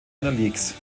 leagues